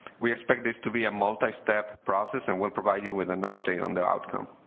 we expect this to be a multi-step process and will provide you with an update on the outcome